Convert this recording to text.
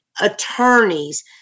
attorneys